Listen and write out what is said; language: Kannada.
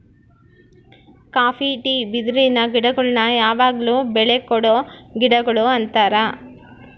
ಕಾಪಿ ಟೀ ಬಿದಿರಿನ ಗಿಡಗುಳ್ನ ಯಾವಗ್ಲು ಬೆಳೆ ಕೊಡೊ ಗಿಡಗುಳು ಅಂತಾರ